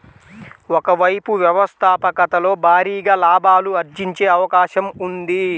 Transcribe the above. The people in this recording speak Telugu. ఒక వైపు వ్యవస్థాపకతలో భారీగా లాభాలు ఆర్జించే అవకాశం ఉంది